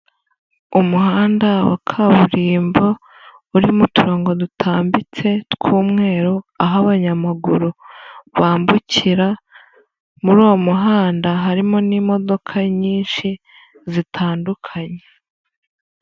Umuhanda wa kaburimbo urimo uturongo dutambitse tw'umweru aho abanyamaguru bambukira, muri uwo muhanda harimo n'imodoka nyinshi zitandukanye.